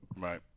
Right